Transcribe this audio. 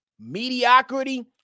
Mediocrity